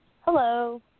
Hello